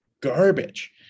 garbage